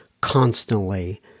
constantly